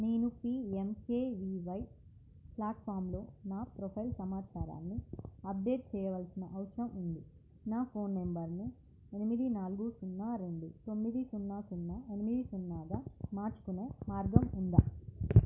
నేను P M K V Y ప్లాట్ఫామ్లో నా ప్రొఫైల్ సమాచారాన్ని అప్డేట్ చేయవలసిన అవసరం ఉంది నా ఫోన్ నెంబర్ని ఎనిమిది నాలుగు సున్నా రెండు తొమ్మిది సున్నా సున్నా ఎనిమిది సున్నాగా మార్చుకునే మార్గం ఉందా